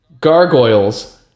gargoyles